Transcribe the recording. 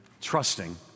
trusting